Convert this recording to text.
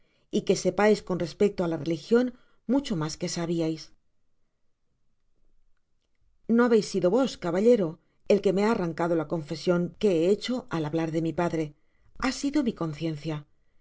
y que sepais con respecto á la religion mucho mas que sabiais no habeis sido vos caballero el que me ha arranca c do la confesion que he hecho ai hablar de mi padre ha sido mi conciencia